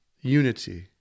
unity